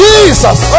Jesus